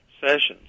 sessions